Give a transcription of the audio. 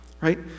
right